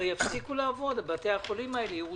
הרי בתי החולים האלה יפסיקו לעבוד.